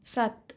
ਸੱਤ